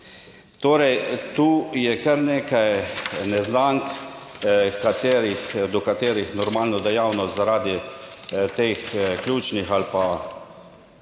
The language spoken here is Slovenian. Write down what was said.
Torej, tu je kar nekaj neznank, katerih, do katerih normalno dejavnost zaradi teh ključnih ali pa